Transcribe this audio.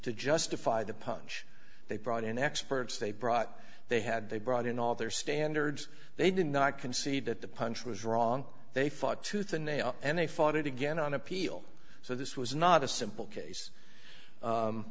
to justify the punch they brought in experts they brought they had they brought in all their standards they did not concede that the punch was wrong they fought tooth and nail and they fought it again on appeal so this was not a simple case